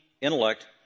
intellect